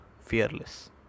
Fearless